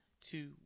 two